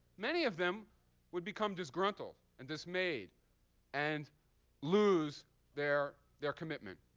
many of them would become disgruntled and dismayed and lose their their commitment.